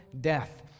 death